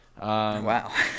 Wow